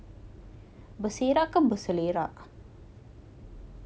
berserak ke berselerak